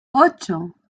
ocho